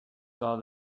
saw